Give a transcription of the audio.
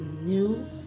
new